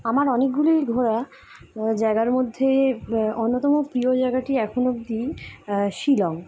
আমার অনেকগুলির ঘোরা জায়গার মধ্যে অন্যতম প্রিয় জায়গাটি এখন অব্দি শিলং